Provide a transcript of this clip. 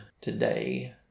today